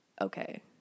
okay